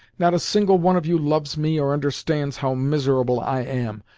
not a single one of you loves me or understands how miserable i am!